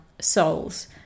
souls